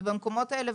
ובמקומות האלה,